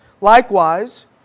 Likewise